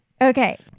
Okay